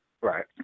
Right